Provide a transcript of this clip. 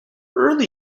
early